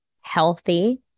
healthy